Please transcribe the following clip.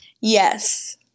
Yes